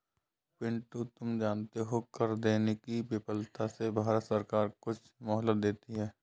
पिंटू तुम जानते हो कर देने की विफलता से भारत सरकार कुछ मोहलत देती है